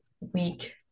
week